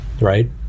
right